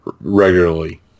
regularly